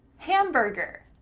hamburger,